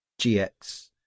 GX